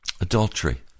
Adultery